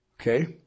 Okay